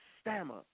stammer